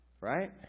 right